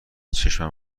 چشم